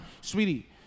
Sweetie